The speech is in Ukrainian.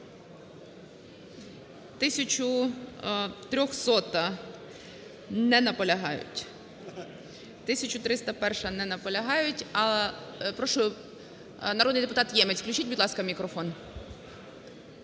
1300-а. Не наполягають. 1301-а. Не наполягають. Прошу, народний депутат Ємець. Включіть, будь ласка, мікрофон.